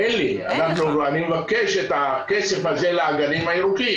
אין לי, אני מבקש את הכסף הזה לאגנים הירוקים.